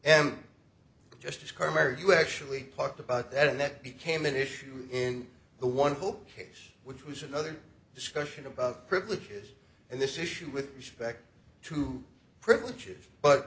discovered you actually parked about that and that became an issue in the one hope case which was another discussion about privileges and this issue with respect to privileges but